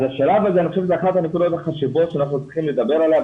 השלב הזה,